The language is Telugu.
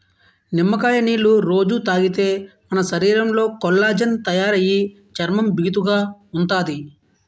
నిమ్మకాయ నీళ్ళు రొజూ తాగితే మన శరీరంలో కొల్లాజెన్ తయారయి చర్మం బిగుతుగా ఉంతాది